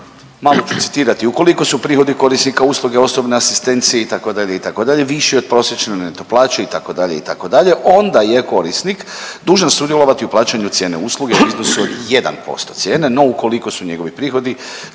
Malo ću citirati, ukoliko su prihodi korisnika usluge osobne asistencije, itd., itd., viši od prosječne neto plaće, itd., itd., onda je korisnik dužan sudjelovati u plaćanju cijene usluge u iznosu od 1% cijene, no ukoliko su njegovi prihodi